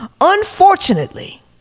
Unfortunately